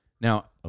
Now